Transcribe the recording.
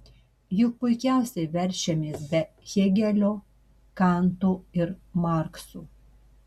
juk puikiausiai verčiamės be hėgelio kanto ir markso